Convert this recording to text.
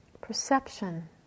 Perception